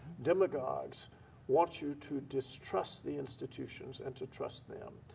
demagogues want you to distrust the institutions and to trust them,